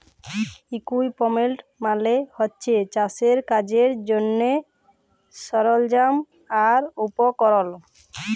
equipment মালে হছে চাষের কাজের জ্যনহে সরল্জাম আর উপকরল